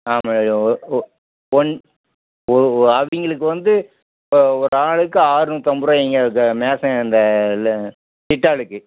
one அவங்களுக்கு வந்து ஒரு ஆளுக்கு ஆறுநூற்றிம்பது ரூவாய்ங்க இந்த சித்தாளுக்கு